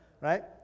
right